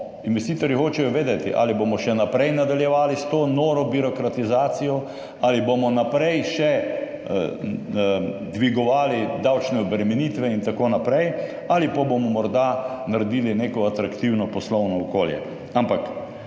investitorji hočejo vedeti, ali bomo še naprej nadaljevali s to noro birokratizacijo, ali bomo še naprej dvigovali davčne obremenitve in tako naprej, ali pa bomo morda naredili neko atraktivno poslovno okolje.